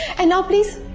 and now please,